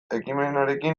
ekimenarekin